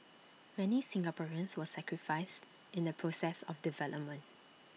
many Singaporeans were sacrificed in the process of development